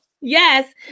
Yes